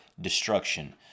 Destruction